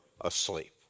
asleep